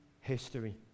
history